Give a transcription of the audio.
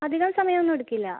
അധികം സമയമൊന്നും എടുക്കില്ല